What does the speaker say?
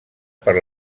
per